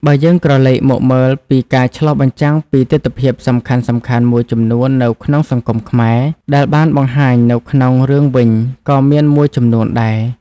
បើយើងក្រលែកមកមើលពីការឆ្លុះបញ្ចាំងពីទិដ្ឋភាពសំខាន់ៗមួយចំនួននៅក្នុងសង្គមខ្មែរ ដែលបានបង្ហាញនៅក្នុងរឿងវិញក៏មានមួយចំនួនដែរ។